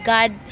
God